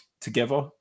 together